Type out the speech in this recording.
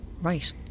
Right